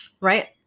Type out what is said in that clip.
right